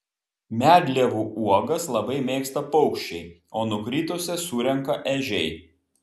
medlievų uogas labai mėgsta paukščiai o nukritusias surenka ežiai